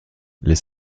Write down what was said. les